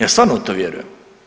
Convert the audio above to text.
Ja stvarno u to vjerujem.